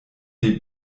die